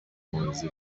buhunzi